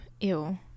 ew